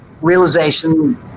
realization